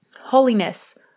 holiness